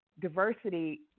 diversity